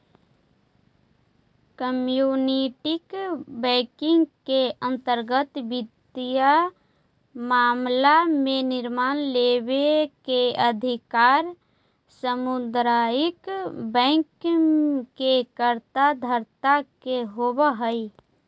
community banking के अंतर्गत वित्तीय मामला में निर्णय लेवे के अधिकार सामुदायिक बैंक के कर्ता धर्ता के होवऽ हइ